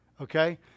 Okay